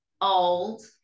old